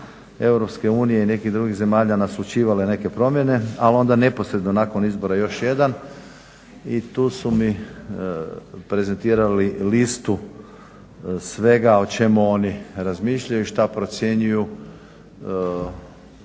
EU i iz nekih drugih zemalja nas učivale neke promjene ali onda neposredno nakon izbora još jedan i tu su mi prezentirali listu svega o čemu oni razmišljaju, šta procjenjuju